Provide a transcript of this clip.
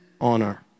honor